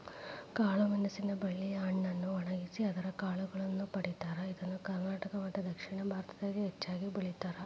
ಕಾಳಮೆಣಸಿನ ಬಳ್ಳಿಯ ಹಣ್ಣನ್ನು ಒಣಗಿಸಿ ಅದರ ಕಾಳುಗಳನ್ನ ಪಡೇತಾರ, ಇದನ್ನ ಕರ್ನಾಟಕ ಮತ್ತದಕ್ಷಿಣ ಭಾರತದಾಗ ಹೆಚ್ಚಾಗಿ ಬೆಳೇತಾರ